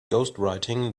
ghostwriting